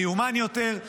מיומן יותר,